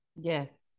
Yes